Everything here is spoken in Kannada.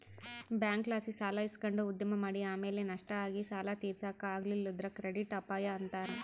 ಬ್ಯಾಂಕ್ಲಾಸಿ ಸಾಲ ಇಸಕಂಡು ಉದ್ಯಮ ಮಾಡಿ ಆಮೇಲೆ ನಷ್ಟ ಆಗಿ ಸಾಲ ತೀರ್ಸಾಕ ಆಗಲಿಲ್ಲುದ್ರ ಕ್ರೆಡಿಟ್ ಅಪಾಯ ಅಂತಾರ